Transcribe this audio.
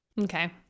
Okay